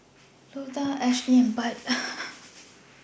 Lota Ashleigh and Bud